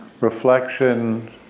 Reflection